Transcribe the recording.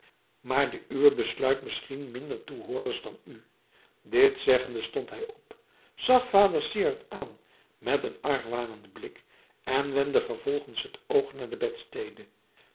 maar de uwe besluit misschien meer toehoorders dan u dit zeggende stond hij op zag vader syard aan met een argwanenden blik en wendde vervolgens het oog naar de bedstede